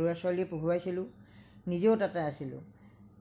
ল'ৰা ছোৱালী পঢ়োৱাইছিলোঁ নিজেও তাতে আছিলোঁ